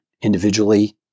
Individually